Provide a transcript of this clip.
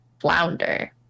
flounder